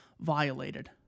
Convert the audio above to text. violated